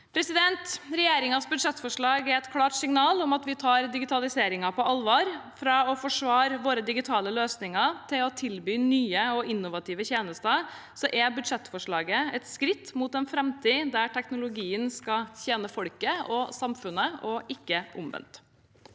plass. Regjeringens budsjettforslag er et klart signal om at vi tar digitaliseringen på alvor. Fra å forsvare våre digitale løsninger til å tilby nye og innovative tjenester er budsjettforslaget et skritt mot en framtid der teknologien skal tjene folket og samfunnet, ikke omvendt.